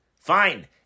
Fine